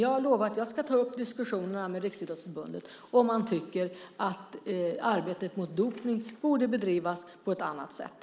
Jag har lovat att jag ska ta upp diskussionen med Riksidrottsförbundet om man tycker att arbetet mot dopning borde bedrivas på ett annat sätt.